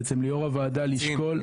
בעצם ליו"ר הוועדה לשקול .